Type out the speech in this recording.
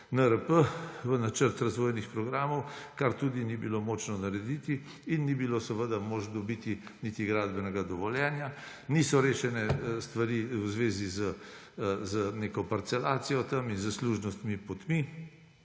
NRP, v Načrt razvojnih programov, kar tudi ni bilo moč narediti, in ni bilo seveda moč dobiti niti gradbenega dovoljenja. Niso rešene stvari v zvezi z neko parcelacijo tam in s služnostnimi potmi